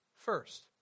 first